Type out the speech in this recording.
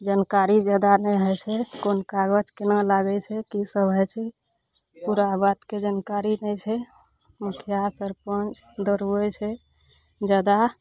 जानकारी जादा नहि होइ छै कोन कागज केना लागय छै की सब होइ छै पूरा बातके जानकारी नहि छै मुखिआ सरपञ्च दौड़बय छै जादा